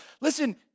listen